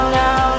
now